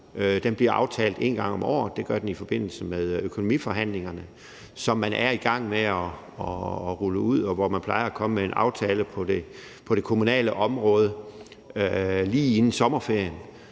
bliver aftalt en gang om året. Det gør den i forbindelse med økonomiforhandlingerne, som man er i gang med at rulle ud. Man plejer at komme med en aftale på det kommunale område lige inden sommerferien,